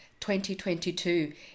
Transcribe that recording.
2022